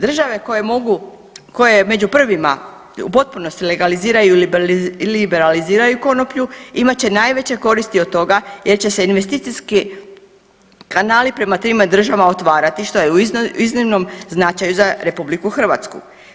Države koje mogu, koje među prvima u potpunosti legaliziraju ili liberaliziraju konoplju imat će najveće koristi od toga jer će se investicijski kanali prema trima državama otvarati što je iznimnom značaju za Republiku Hrvatsku.